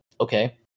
okay